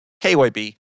KYB